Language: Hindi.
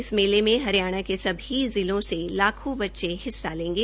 इस मेले में हरियाणा के सभी जिलों से लाखों बच्चे भाग लेंगे